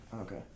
Okay